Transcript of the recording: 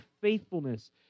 faithfulness